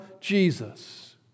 Jesus